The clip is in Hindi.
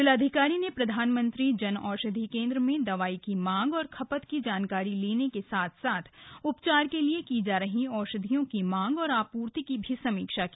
जिलाधिकारी ने प्रधानमंत्री जन औषधि केन्द्र में दवाई की मांग और खपत की जानकारी लेने के साथ साथ उपचार के लिए की जा रही औषधियों की मांग और आपूर्ति की भी समीक्षा की